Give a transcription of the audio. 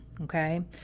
okay